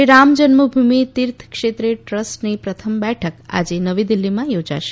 શ્રી રામ જન્મભૂમિ તીર્થ ક્ષેત્ર ટ્રસ્ટની પ્રથમ બેઠક આજે નવી દિલ્ફીમાં યોજાશે